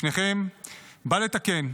לפניכם בא לתקן.